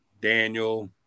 daniel